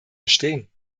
bestehen